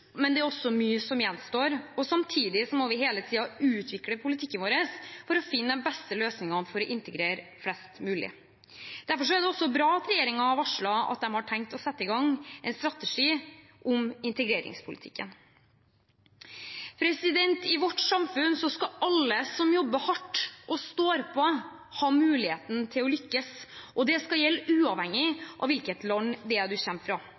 men det er også mye som gjenstår. Samtidig må vi hele tiden utvikle politikken vår for å finne de beste løsningene for å integrere flest mulig. Derfor er det bra at regjeringen har varslet at de har tenkt å sette i gang en strategi om integreringspolitikken. I vårt samfunn skal alle som jobber hardt og står på, ha muligheten til å lykkes. Det skal gjelde uavhengig av hvilket land en kommer fra.